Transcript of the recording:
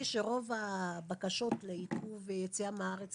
רוב הבקשות לעיכוב יציאה מהארץ